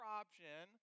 option